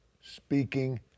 speaking